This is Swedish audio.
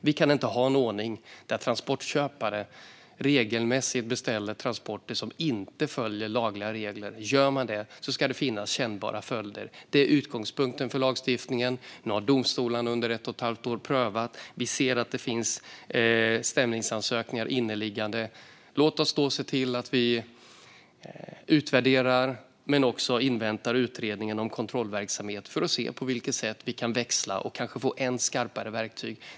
Vi kan inte ha en ordning där transportköpare regelmässigt beställer transporter som inte följer lagar och regler. Om man gör det ska det finnas kännbara följder. Detta är utgångspunkten för lagstiftningen. Nu har domstolarna under ett och ett halvt år prövat detta. Vi ser att det finns inneliggande stämningsansökningar. Låt oss se till att utvärdera detta och även inväntar utredningen om kontrollverksamhet för att se på vilket sätt vi kan växla upp och få än starkare verktyg.